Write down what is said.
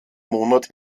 monat